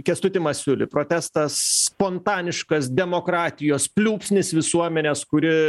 kęstuti masiuli protestas spontaniškas demokratijos pliūpsnis visuomenės kuri